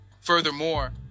Furthermore